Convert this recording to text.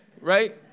right